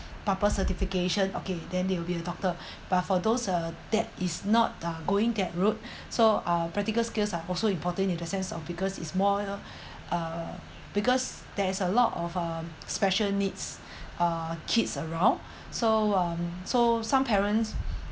proper certification okay then they will be a doctor but for those uh that is not uh going that route so uh practical skills are also important in the sense of because it's more uh because there is a lot of uh special needs uh kids around so um so some parents